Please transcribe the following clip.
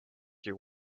you